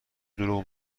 دروغ